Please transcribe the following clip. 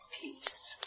peace